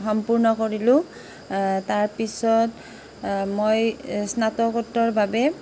সম্পূৰ্ণ কৰিলোঁ তাৰপিছত মই স্নাতকোত্তৰ বাবে